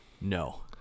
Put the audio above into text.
No